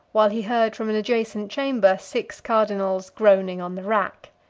while he heard from an adjacent chamber six cardinals groaning on the rack.